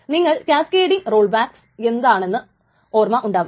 നിങ്ങൾക്ക് cascading roll back എന്താണെന്ന് ഓർമ്മയുണ്ടാവും